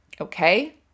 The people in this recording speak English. okay